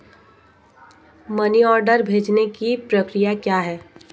Money order भेजने की प्रक्रिया क्या है?